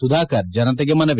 ಸುಧಾಕರ್ ಜನತೆಗೆ ಮನವಿ